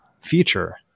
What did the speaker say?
feature